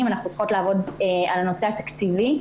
אנחנו צריכות לעבוד על הנושא התקציבי.